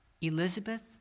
Elizabeth